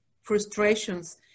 frustrations